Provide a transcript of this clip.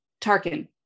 Tarkin